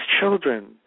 children